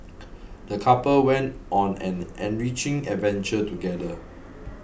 the couple went on an enriching adventure together